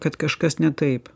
kad kažkas ne taip